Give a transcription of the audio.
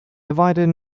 divided